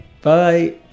Bye